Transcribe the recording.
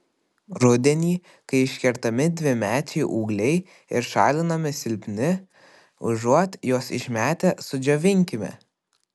rudenį kai iškertami dvimečiai ūgliai ir šalinami silpni užuot juos išmetę sudžiovinkime